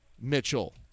Mitchell